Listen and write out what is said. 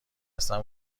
اصلا